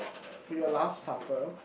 for your last supper